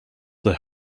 their